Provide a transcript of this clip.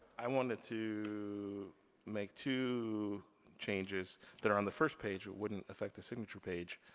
i wanted to make two changes that are on the first page that wouldn't affect the signature page.